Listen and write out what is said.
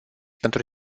pentru